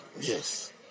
Yes